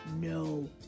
No